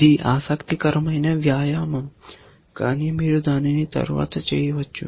ఇది ఆసక్తికరమైన వ్యాయామం కానీ మీరు దానిని తరువాత చేయవచ్చు